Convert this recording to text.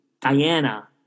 Diana